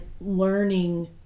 learning